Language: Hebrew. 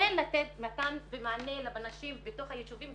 כן לתת מתן ומענה לנשים בתוך היישובים,